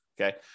Okay